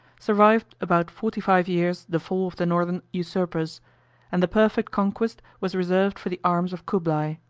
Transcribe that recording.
survived about forty-five years the fall of the northern usurpers and the perfect conquest was reserved for the arms of cublai.